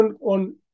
on